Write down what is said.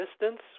distance